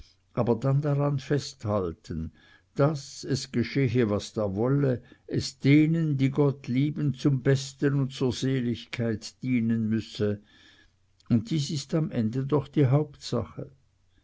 aber dann daran festhalten daß es geschehe was da wolle es denen die gott lieben zum besten und zur seligkeit dienen müsse und dies ist am ende doch die hauptsache